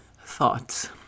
thoughts